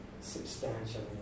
substantially